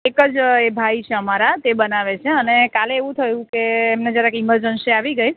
એક જ એ ભાઈ છે અમારા તે બનાવે છે અને કાલે એવું થયું કે એમને જરાક ઇમરજન્સી આવી ગઈ